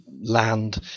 land